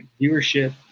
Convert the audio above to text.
viewership